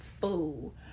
fool